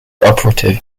operative